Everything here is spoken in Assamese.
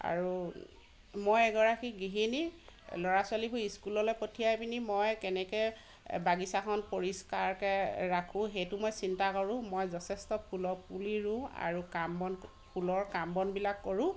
আৰু মই এগৰাকী গৃহিণী ল'ৰা ছোৱালীকো স্কুললৈ পঠিয়াই পেনি মই কেনেকৈ বাগিচাখন পৰিষ্কাৰ ৰাখোঁ সেইটো মই চিন্তা কৰোঁ মই যথেষ্ট ফুলৰ পুলি ৰোওঁ আৰু কাম বন ফুলৰ কাম বনবিলাক কৰোঁ